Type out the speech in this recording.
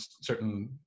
certain